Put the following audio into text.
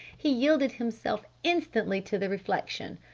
he yielded himself instantly to the reflection.